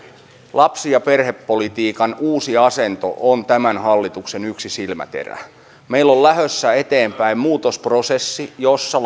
lapsi ja perhepolitiikan uusi asento on yksi tämän hallituksen silmäterä meillä on lähdössä eteenpäin muutosprosessi jossa